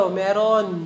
meron